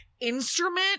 instrument